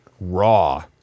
raw